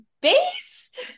Based